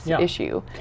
issue